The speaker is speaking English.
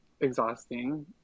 exhausting